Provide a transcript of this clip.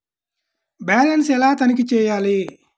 Balance ఎలా తనిఖీ చేయాలి?